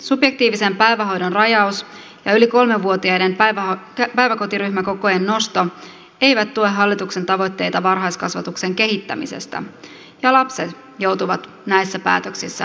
subjektiivisen päivähoidon rajaus ja yli kolmevuotiaiden päiväkotiryhmäkokojen nosto eivät tue hallituksen tavoitteita varhaiskasvatuksen kehittämisestä ja lapset joutuvat näissä päätöksissä maksumiehiksi